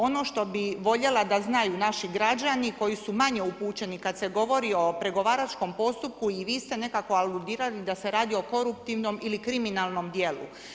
Ono što bi voljela da znaju naši građani koji su manje upućeni kada se govori o pregovaračkom postupku i vi ste nekako aludirali da se radi o koruptivnom ili kriminalnom djelu.